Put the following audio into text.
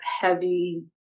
heavy